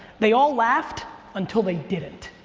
they all laughed until they didn't.